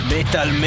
Metal